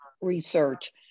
research